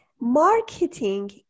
Marketing